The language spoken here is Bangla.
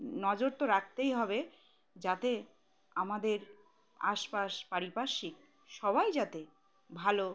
নজর তো রাখতেই হবে যাতে আমাদের আশপাশ পারিপার্শ্বিক সবাই যাতে ভালো